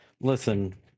listen